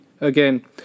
again